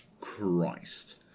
Christ